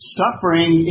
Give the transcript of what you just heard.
suffering